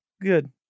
good